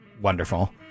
wonderful